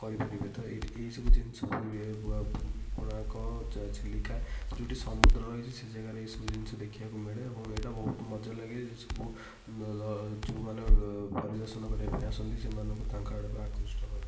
କରି ପାରିବେ ତ ଏଇଠି ଏଇ ସବୁ ଜିନିଷ ପୁରୀରେ ପୁରୀ କୋଣାର୍କ ଚିଲିକା ଯେଉଁଠି ସମୁଦ୍ର ରହିଛି ସେଇ ଜାଗାରେ ଏଇସବୁ ଜିନିଷ ଦେଖିବାକୁ ମିଳେ ଏବଂ ଏଟା ବହୁତ ମଜା ଲାଗେ ଯେ ସବୁ ଯେଉଁମାନେ ପରିଦର୍ଶନ କରିବା ପାଇଁ ଆସନ୍ତି ସେମାନଙ୍କୁ ତାଙ୍କ ଆଡ଼କୁ ଆକୃଷ୍ଟ କରେ